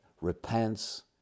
repents